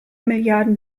milliarden